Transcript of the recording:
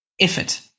effort